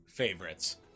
Favorites